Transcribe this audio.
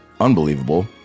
Unbelievable